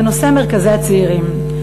זה נושא מרכזי הצעירים,